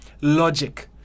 logic